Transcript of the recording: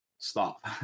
stop